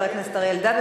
חבר הכנסת אריה אלדד,